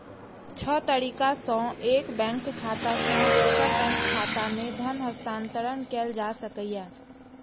छह तरीका सं एक बैंक खाता सं दोसर बैंक खाता मे धन हस्तांतरण कैल जा सकैए